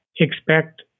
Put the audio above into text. expect